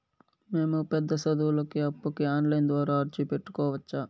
మేము పెద్ద సదువులకు అప్పుకి ఆన్లైన్ ద్వారా అర్జీ పెట్టుకోవచ్చా?